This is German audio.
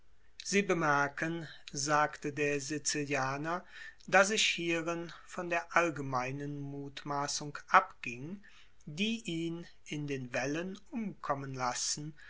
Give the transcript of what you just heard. sie bemerken sagte der sizilianer daß ich hierin von der allgemeinen mutmaßung abging die ihn in den wellen umkommen lassen